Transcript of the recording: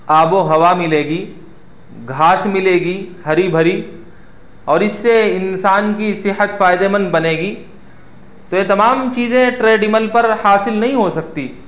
آب و ہوا ملے گی گھاس ملے گی ہری بھری اور اس سے انسان کی صحت فائدے مند بنے گی تو یہ تمام چیزیں ٹریڈمل پر حاصل نہیں ہو سکتی